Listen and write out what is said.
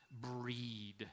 breed